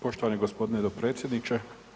Poštovani gospodine dopredsjedniče.